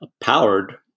powered